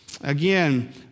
Again